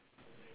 yes